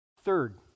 Third